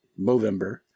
Movember